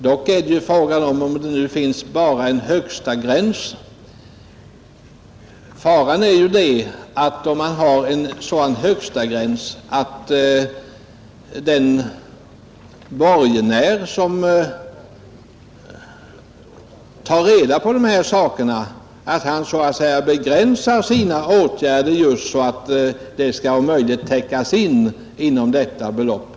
Men om det nu bara finns en högsta gräns är ju faran att en borgenär, som tar reda på dessa saker, så att säga begränsar sina åtgärder just så att de kan täckas in i detta belopp.